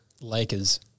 Lakers